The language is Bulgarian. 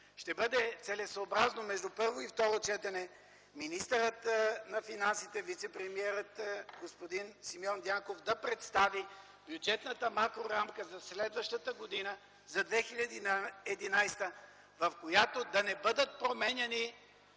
ще бъде целесъобразно между първо и второ четене министърът на финансите, вицепремиерът господин Симеон Дянков да предостави бюджетната макрорамка за следващата година, за 2011 г., в която да не бъдат променяни